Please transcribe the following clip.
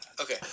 Okay